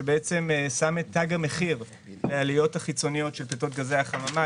ששם את תו המחיר לעלויות החיצוניות של פליטת גזי החממה,